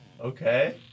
Okay